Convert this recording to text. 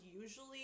usually